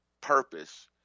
purpose